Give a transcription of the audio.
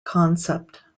concept